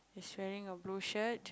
he's wearing a blue shirt